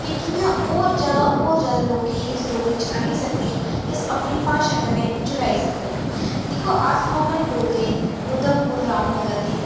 ते कि'यां होर जैदा होर जैदा लोकें गी इस डोगरी च आह्नी सकने इस अपनी भाशा कन्नै जोड़ी सकने दिक्खो अस लोक डोगरे उधमपुर रामनगर दे